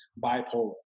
bipolar